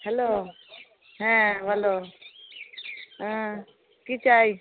hello হ্যাঁ বলো আঁ কী চাই